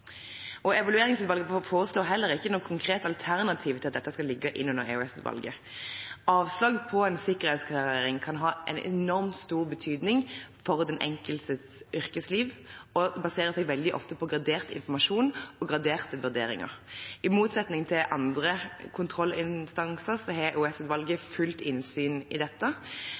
det. Evalueringsutvalget foreslår heller ikke noe konkret alternativ til at dette skal ligge under EOS-utvalget. Avslag på en søknad om sikkerhetsklarering kan ha enormt stor betydning for den enkeltes yrkesliv og baserer seg veldig ofte på gradert informasjon og graderte vurderinger. I motsetning til andre kontrollinstanser har EOS-utvalget fullt innsyn i dette.